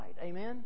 Amen